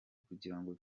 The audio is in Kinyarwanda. kugirango